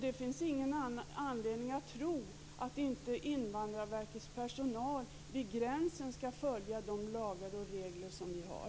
Det finns ingen anledning att tro att Invandrarverkets personal vid gränsen inte följer de lagar och regler som vi har.